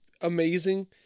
amazing